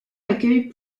accueillent